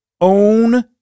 own